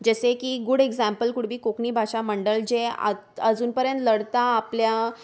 जशें की good example could be Konkani भाशा मंडळ जें आत आजून पर्यंत लढटा आपल्या